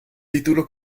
título